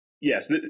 yes